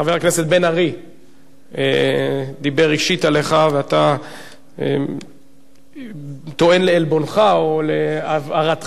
חבר הכנסת בן-ארי דיבר אישית עליך ואתה טוען לעלבונך או להבהרתך,